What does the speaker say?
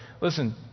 Listen